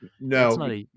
No